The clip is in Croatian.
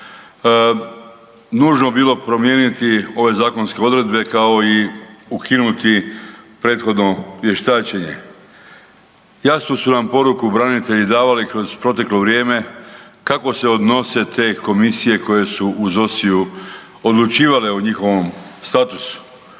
nužno bili promijeniti ove zakonske odredbe kao i ukinuti prethodno vještačenje. Jasnu su nam poruku branitelji davali kroz proteklo vrijeme kako se odnose te komisije koje su u …/nerazumljivo/… odlučivale o njihovom statusu.